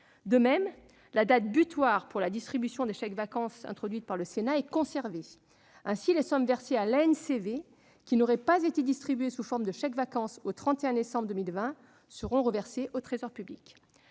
De même, la date butoir pour la distribution des chèques-vacances, introduite par le Sénat, est conservée. Ainsi, les sommes versées à l'Agence nationale pour les chèques-vacances (ANCV) qui n'auraient pas été distribuées sous forme de chèques-vacances au 31 décembre 2020 seront reversées au Trésor public.